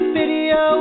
video